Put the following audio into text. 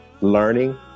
learning